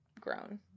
grown